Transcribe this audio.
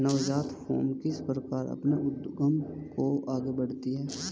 नवजात फ़र्में किस प्रकार अपने उद्योग को आगे बढ़ाती हैं?